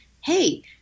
hey